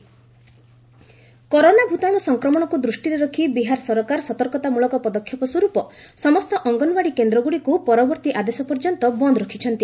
Bihar corona corona ଭୂତାଣୁ ସଂକ୍ରମଣକୁ ଦୃଷ୍ଟିରେ ରଖି ବିହାର ସରକାର ସତର୍କତାମଳକ ପଦକ୍ଷେପସ୍ୱର୍ପ ସମସ୍ତ ଅଙ୍ଗନଓ୍ୱାଡ଼ି କେନ୍ଦ୍ରଗୁଡ଼ିକୁ ପରବର୍ତ୍ତୀ ଆଦେଶ ପର୍ଯ୍ୟନ୍ତ ବନ୍ଦ୍ ରଖିଛନ୍ତି